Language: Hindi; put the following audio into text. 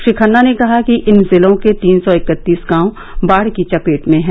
श्री खन्ना ने कहा कि इन जिलों के तीन सौ इकत्तीस गांव बाढ़ की चपेट में हैं